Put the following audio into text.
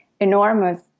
enormous